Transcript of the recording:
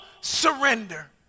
surrender